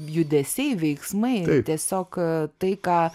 judesiai veiksmai tiesiog tai ką